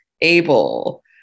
able